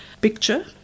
picture